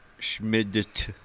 Schmidt